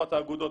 טובת האגודות,